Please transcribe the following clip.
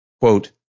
quote